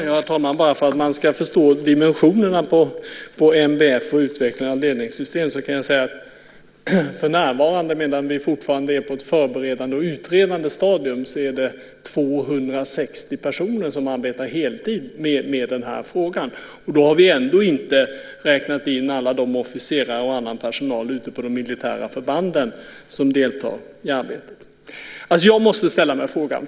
Herr talman! Bara för att man ska förstå dimensionerna på NBF och utvecklingen av ledningssystem kan jag säga att det för närvarande, medan vi fortfarande är i ett beredande och utredande stadium, är 260 personer som arbetar heltid med den här frågan. Då har vi ändå inte räknat in alla de officerare och annan personal ute på de militära förbanden som deltar i arbetet. Jag måste ställa en fråga.